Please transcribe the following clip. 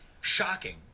shocking